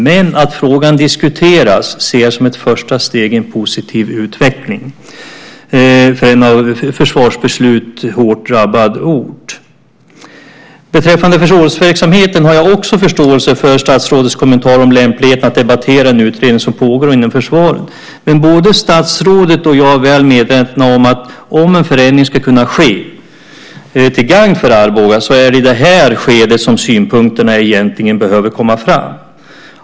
Men att frågan diskuteras ser jag som ett första steg i en positiv utveckling för en av försvarsbeslut hårt drabbad ort. Beträffande förrådsverksamheten har jag också förståelse för statsrådets kommentar om lämpligheten att debattera en utredning som pågår inom försvaret. Men både statsrådet och jag är väl medvetna om att om en förändring ska ske till gagn för Arboga är det i det här skedet som synpunkterna egentligen behöver komma fram.